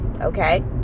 okay